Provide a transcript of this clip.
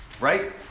Right